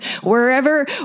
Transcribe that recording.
Wherever